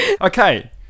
okay